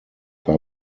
war